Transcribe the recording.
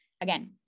again